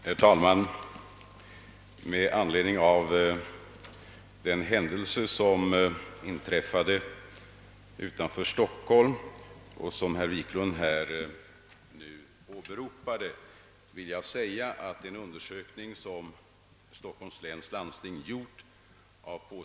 Herr talman! Beträffande den olyckshändelse som inträffade utanför Stockholm och som herr Wiklund har åberopat vill jag säga följande.